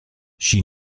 she